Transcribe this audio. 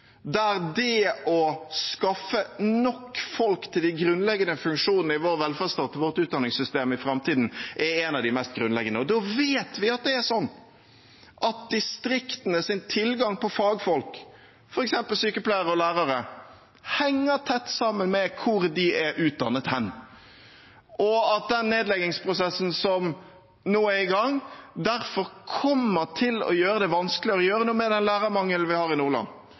der det å skaffe nok folk til de grunnleggende funksjonene i vår velferdsstat og vårt utdanningssystem i framtiden er en av de mest grunnleggende. Da vet vi at distriktenes tilgang på fagfolk, f.eks. sykepleiere og lærere, henger tett sammen med hvor de er utdannet, og at den nedleggingsprosessen som nå er i gang, derfor kommer til å gjøre det vanskeligere å gjøre noe med lærermangelen i Nordland